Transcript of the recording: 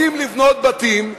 רוצים לבנות בתים,